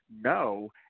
no